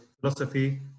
philosophy